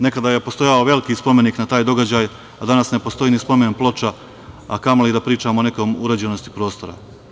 Nekada je postojao veliki spomenik za taj događaj, a danas ne postoji ni spomen ploča, a kamoli da pričamo o nekoj uređenosti prostora.